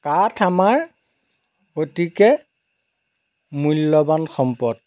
কাঠ আমাৰ গতিকে মূল্যবান সম্পদ